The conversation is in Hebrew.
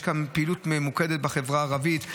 יש כאן פעילות ממוקדת בחברה הערבית,